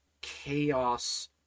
chaos